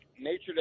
nature